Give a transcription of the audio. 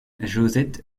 josette